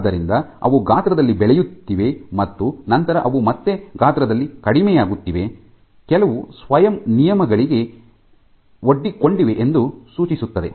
ಆದ್ದರಿಂದ ಅವು ಗಾತ್ರದಲ್ಲಿ ಬೆಳೆಯುತ್ತಿವೆ ಮತ್ತು ನಂತರ ಅವು ಮತ್ತೆ ಗಾತ್ರದಲ್ಲಿ ಕಡಿಮೆಯಾಗುತ್ತಿವೆ ಕೆಲವು ಸ್ವಯಂ ನಿಯಮಗಳಿವೆ ಎಂದು ಸೂಚಿಸುತ್ತದೆ